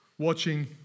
Watching